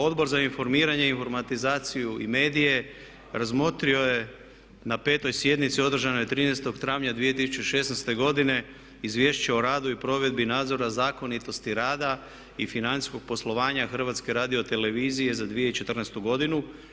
Odbor za informiranje, informatizaciju i medije razmotrio je na petoj sjednici održanoj 13.travnja 2016.godine Izvješće o radu i provedbi nadzora zakonitosti rada i financijskog poslovanja HRT-a za 2014.godinu.